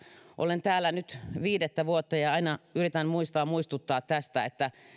olen täällä nyt viidettä vuotta ja aina yritän muistaa muistuttaa siitä että